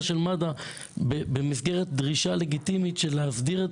של מד"א במסגרת דרישה לגיטימית של להסדיר את